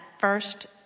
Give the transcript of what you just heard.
first